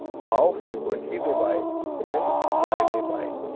how frequently they buy and why they buy?